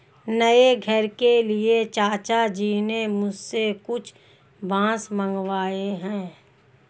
नए घर के लिए चाचा जी ने मुझसे कुछ बांस मंगाए हैं